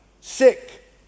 sick